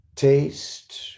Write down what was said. Taste